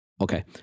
Okay